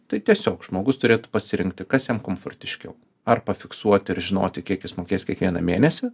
tai tiesiog žmogus turėtų pasirinkti kas jam komfortiškiau arba fiksuoti ir žinoti kiek jis mokės kiekvieną mėnesį